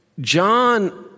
John